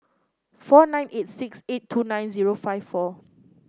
four nine eight six eight two nine zero five four